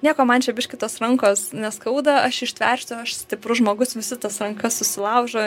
nieko man čia biškį tos rankos neskauda aš ištversiu aš stiprus žmogus visi tas rankas susilaužo